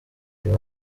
uyu